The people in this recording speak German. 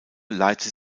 leitet